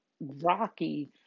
rocky